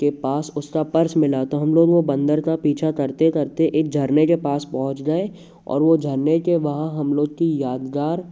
के पास उसका पर्स मिला तो हम लोग वो बंदर का पीछा करते करते एक झरने के पास पहुँच गए और वो झरने के वहाँ हम लोग की यादगार